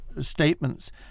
statements